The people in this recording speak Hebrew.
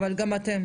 אבל גם אתם,